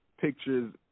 pictures